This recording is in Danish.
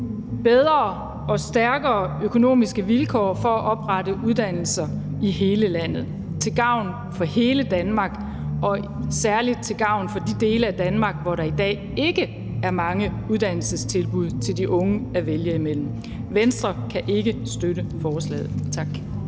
bedre og stærkere økonomiske vilkår for at oprette uddannelser i hele landet til gavn for hele Danmark og særlig til gavn for de dele af Danmark, hvor der i dag ikke er mange uddannelsestilbud til de unge at vælge imellem. Venstre kan ikke støtte forslaget. Tak.